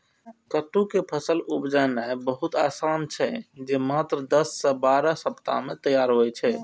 कट्टू के फसल उपजेनाय बहुत आसान छै, जे मात्र दस सं बारह सप्ताह मे तैयार होइ छै